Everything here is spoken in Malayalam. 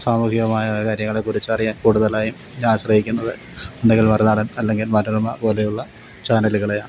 സാമൂഹികമായ കാര്യങ്ങളെക്കുറിച്ച് അറിയാന് കൂടുതലായും ഞാന് ആശ്രയിക്കുന്നത് ഒന്നെങ്കില് മറുനാടന് അല്ലെങ്കിൽ മനോരമ പോലെയുള്ള ചാനല്കകളെയാണ്